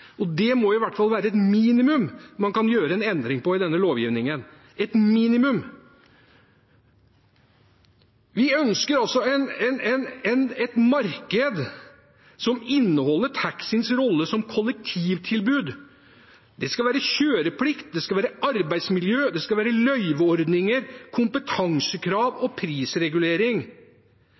denne. Det må i hvert fall være et minimum man kan gjøre en endring på i denne lovgivningen – et minimum. Vi ønsker et marked som inneholder taxiens rolle som kollektivtilbud. Det skal være kjøreplikt, det skal være arbeidsmiljø, det skal være løyveordninger, kompetansekrav og prisregulering.